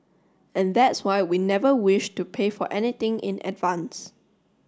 and that's why we never wished to pay for anything in advance